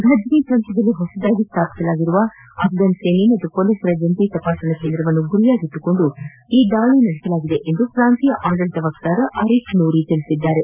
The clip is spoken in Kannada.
ಫಜ್ನಿ ಪ್ರಾಂತ್ಯದಲ್ಲಿ ಹೊಸದಾಗಿ ಸ್ಥಾಪಿಸಲಾಗಿರುವ ಆಪ್ರನ್ ಸೇನೆ ಮತ್ತು ಪೊಲೀಸರ ಜಂಟಿ ತಪಾಸಣಾ ಕೇಂದ್ರವನ್ನು ಗುರಿಯಾಗಿಸಿ ಈ ದಾಳಿ ನಡೆಸಲಾಗಿದೆ ಎಂದು ಪ್ರಾಂತೀಯ ಆಡಳಿತದ ವಕ್ತಾರ ಅರೀಫ್ ನೂರಿ ತಿಳಿಸಿದ್ದಾರೆ